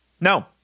No